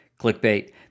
clickbait